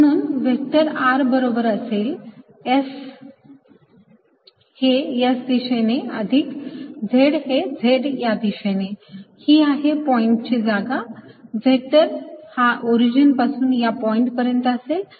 म्हणून vector r बरोबर असेल S हे S या दिशेने अधिक Z हे Z या दिशेने ही आहे या पॉईंटची जागा व्हेक्टर हा ओरिजिन पासून या पॉइंट पर्यंत असेल